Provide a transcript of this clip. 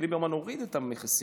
ליברמן הוריד את המכסים.